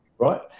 right